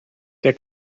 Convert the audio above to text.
der